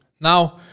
Now